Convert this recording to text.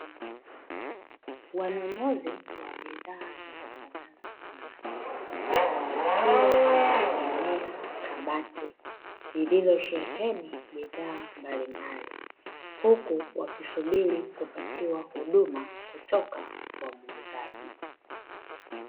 Wanunuzi wa bidhaa zitokanazo na maziwa wakiwa wameegamia kabati lililosheheni bidhaa mbalimbali, huku wakisubiri kupatiwa huduma kutoka kwa muuzaji.